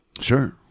Sure